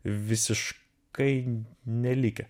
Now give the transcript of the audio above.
visiš kai nelikę